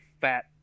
fat